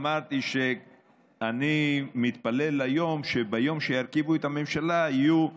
אמרתי שאני מתפלל ליום שביום שירכיבו את הממשלה יהיו שניים,